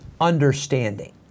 understanding